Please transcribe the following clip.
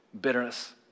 Bitterness